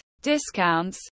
discounts